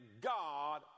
God